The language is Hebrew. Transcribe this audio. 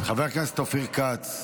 חבר הכנסת אופיר כץ.